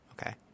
Okay